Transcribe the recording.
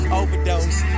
overdose